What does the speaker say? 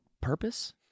purpose